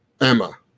Emma